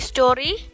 Story